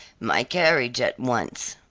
my carriage, at once,